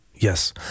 Yes